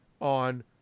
on